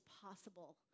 possible